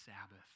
Sabbath